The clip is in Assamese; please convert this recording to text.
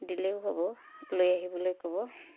দিলেও হ'ব লৈ আহিবলৈ ক'ব